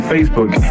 Facebook